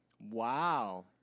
Wow